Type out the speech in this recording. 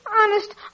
Honest